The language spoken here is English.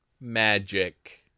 magic